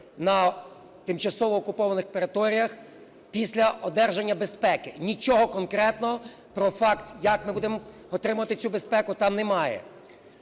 на тимчасово окупованих територіях після одержання безпеки. Нічого конкретно про факт, як ми будемо отримувати цю безпеку, там немає.